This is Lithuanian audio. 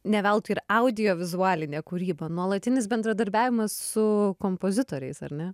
ne veltui ir audiovizualinė kūryba nuolatinis bendradarbiavimas su kompozitoriais ar ne